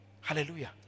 Hallelujah